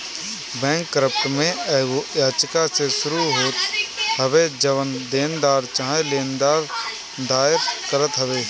bankrupt में एगो याचिका से शुरू होत हवे जवन देनदार चाहे लेनदार दायर करत हवे